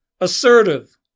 assertive